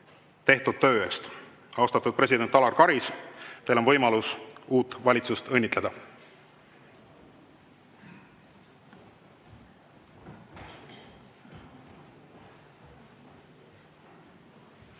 tehtud töö eest. Austatud president Alar Karis, teil on võimalus uut valitsust õnnitleda.